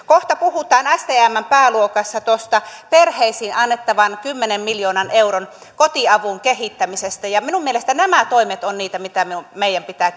kohta puhutaan stmn pääluokassa perheisiin annettavan kymmenen miljoonan kotiavun kehittämisestä ja minun mielestäni nämä toimet ovat niitä mitä meidän pitää